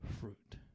fruit